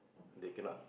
they cannot